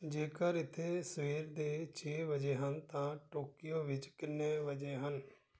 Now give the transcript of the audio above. ਜੇੇਕਰ ਇੱਥੇ ਸਵੇਰ ਦੇ ਛੇ ਵਜੇ ਹਨ ਤਾਂ ਟੋਕੀਓ ਵਿੱਚ ਕਿੰਨੇ ਵਜੇ ਹਨ